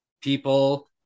People